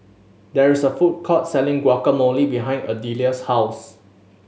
there is a food court selling Guacamole behind Adelia's house